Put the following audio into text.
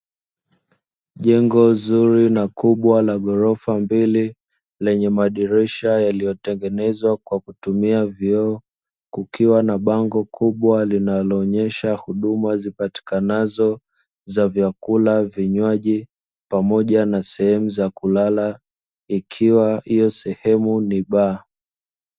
Jengo nzuri na kubwa la gorofa, mbele lenye madirisha yaliyotengenezwa kwa kutumia vioo. Kukiwa na bango kubwa linaloonesha huduma zipatikanazo za vyakula pamoja na sehemu za kulala, ikiwa sehemu hiyo ni baa.